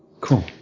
Cool